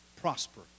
prosper